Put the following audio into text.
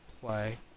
play